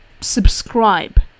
subscribe